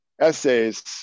essays